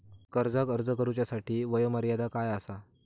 कर्जाक अर्ज करुच्यासाठी वयोमर्यादा काय आसा?